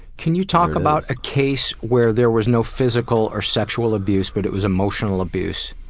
can you talk about a case where there was no physical or sexual abuse but it was emotional abuse?